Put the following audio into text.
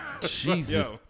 Jesus